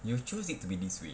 you choose it to be this way